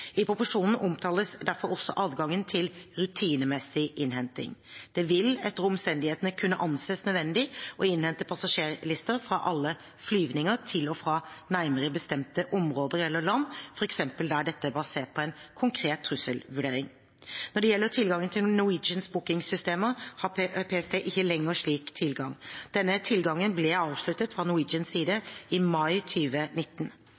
I proposisjonen omtales derfor også adgangen til rutinemessig innhenting. Det vil etter omstendighetene kunne anses nødvendig å innhente passasjerlister fra alle flygninger til og fra nærmere bestemte områder eller land, f.eks. der dette er basert på en konkret trusselvurdering. Når det gjelder tilgangen til Norwegians bookingsystemer, har PST ikke lenger slik tilgang. Denne tilgangen ble avsluttet fra Norwegians side